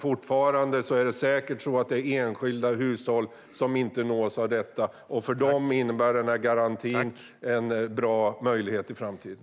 Fortfarande är det säkert enskilda hushåll som inte nås av detta, och för dem är garantin en bra möjlighet i framtiden.